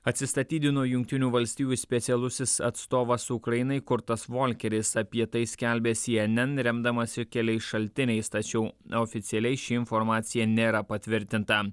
atsistatydino jungtinių valstijų specialusis atstovas ukrainai kurtas volkeris apie tai skelbia cnn remdamasi keliais šaltiniais tačiau oficialiai ši informacija nėra patvirtinta